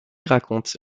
raconte